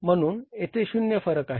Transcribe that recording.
म्हणून येथे शून्य फरक आहे